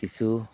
কিছু